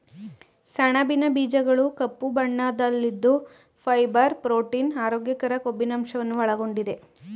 ಸಣಬಿನ ಬೀಜಗಳು ಕಪ್ಪು ಬಣ್ಣದಲ್ಲಿದ್ದು ಫೈಬರ್, ಪ್ರೋಟೀನ್, ಆರೋಗ್ಯಕರ ಕೊಬ್ಬಿನಂಶವನ್ನು ಒಳಗೊಂಡಿದೆ